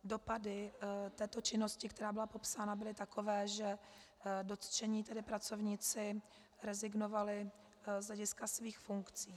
Dopady této činnosti, která byla popsána, byly takové, že dotčení tedy pracovníci rezignovali z hlediska svých funkcí.